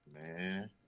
Man